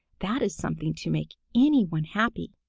that is something to make anyone happy.